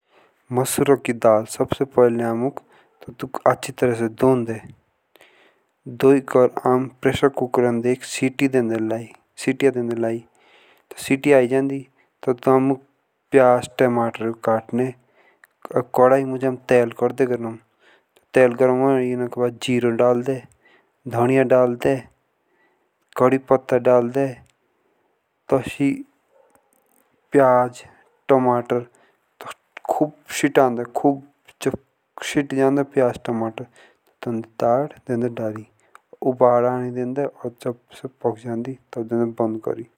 मसूर की दाल सबसे पहले आमक टेटुक आच्छी तरह से धोकर आम प्रेशर कुकर दी सिटी दे दे लए जब सिटी आए जांदी तब प्याज टमाटर काटने। तब आम कढ़ाई गरम करदे गरम। तेल गरम करने के बाद जीरा डालदे धनिया डालदे कड़ी पत्ता डालदे तसी प्याज टमाटर कब चितादे कब। जब सिटी जाते प्याज टमाटर तब दाल दे दे डाली।